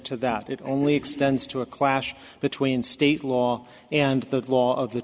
to that it only extends to a clash between state law and the law of the